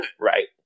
Right